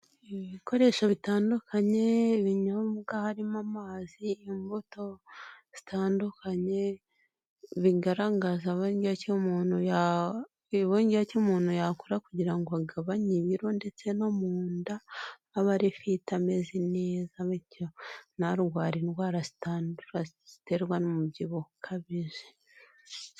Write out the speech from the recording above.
Ibikoresho bitandukanye binyobwa harimo amazi imbuto zitandukanye bigaragaza uburyo umuntu yakora kugira ngo agabanye ibiro ndetse no mu nda abe ari fit ameze neza bityo na rware indwara zitandura ziterwa n'umubyibuho ukabije.